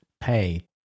pay